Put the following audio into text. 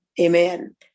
amen